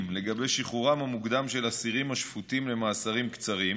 לגבי שחרורם המוקדם של אסירים השפוטים למאסרים קצרים,